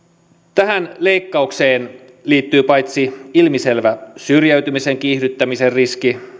tähän leikkaukseen liittyy paitsi ilmiselvä syrjäytymisen kiihdyttämisen riski